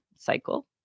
cycle